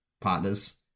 partners